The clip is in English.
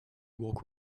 woke